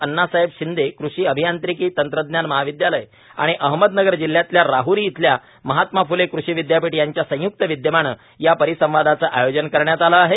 आण्णासाहेब शिंदे कृषि अभियांत्रिकी तंत्रज्ञान महाविदयालय आणि अहमदनगर जिल्ह्यातल्या राहरी इथल्या महात्मा फुले कृषी विदयापीठ यांच्या संयुक्त विदयमानं या परिसंवादाचं आयोजन करण्यात आलं आहे